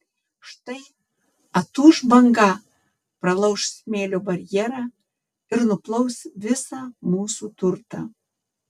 štai atūš banga pralauš smėlio barjerą ir nuplaus visą mūsų turtą